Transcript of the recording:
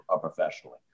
professionally